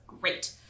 Great